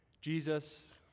Jesus